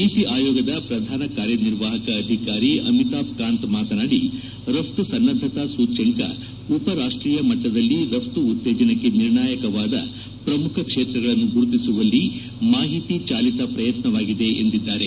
ನೀತಿ ಆಯೋಗದ ಪ್ರಧಾನ ಕಾರ್ಯನಿರ್ವಾಹಕ ಅಧಿಕಾರಿ ಅಮಿತಾಬ್ ಕಾಂತ್ ಮಾತನಾಡಿ ರಘ್ತು ಸನ್ನದ್ದತಾ ಸೂಚ್ಣಂಕ ಉಪರಾಷ್ಷೀಯ ಮಟ್ಟದಲ್ಲಿ ರಘ್ತು ಉತ್ತೇಜನಕ್ಕೆ ನಿರ್ಣಾಯಕವಾದ ಪ್ರಮುಖ ಕ್ಷೇತ್ರಗಳನ್ನು ಗುರುತಿಸುವಲ್ಲಿ ಮಾಹಿತಿ ಚಾಲಿತ ಪ್ರಯತ್ನವಾಗಿದೆ ಎಂದಿದ್ದಾರೆ